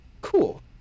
Cool